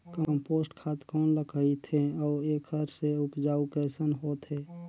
Compost खाद कौन ल कहिथे अउ एखर से उपजाऊ कैसन होत हे?